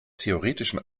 theoretischen